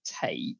tape